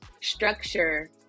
structure